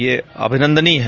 यह अभिनंदनीय है